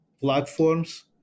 platforms